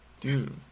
dude